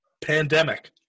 pandemic